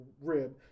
rib